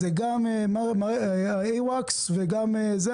וזה גם awacs וגם אחרים,